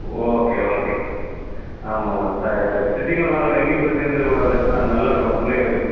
okay okay ஆமாம் ஆமாம் ஸ்டிச்சிங்கெலாம் நல்லா இருக்கணும் எங்கேயும் பிரிஞ்சு கிரிஞ்சுறக்கூடாது ஆ நல்லா இருக்கணும் பிள்ளைங்களுக்கு